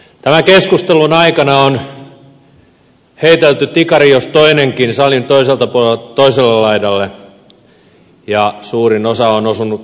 tämän keskustelun aikana on heitelty tikari jos toinenkin salin toiselta puolelta toiselle laidalle ja suurin osa on osunut vielä siihen puoliväliin